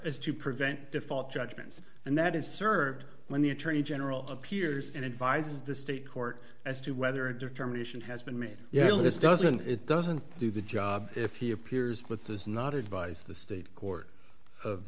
is to prevent default judgments and that is served when the attorney general appears and advised the state court as to whether a determination has been made yet this doesn't it doesn't do the job if he appears with does not advise the state court of